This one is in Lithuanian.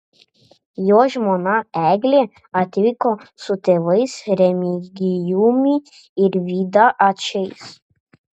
jo žmona eglė atvyko su tėvais remigijumi ir vida ačais